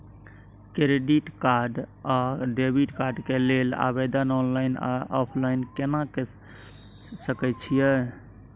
Credit card आ debit card के लेल आवेदन ऑनलाइन आ ऑफलाइन केना के सकय छियै?